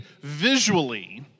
visually